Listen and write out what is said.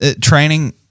training